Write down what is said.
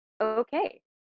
okay